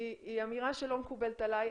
זו אמירה שלא מקובלת עליי,